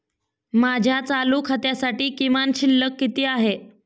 माझ्या चालू खात्यासाठी किमान शिल्लक किती आहे?